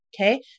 Okay